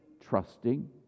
trusting